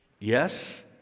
Yes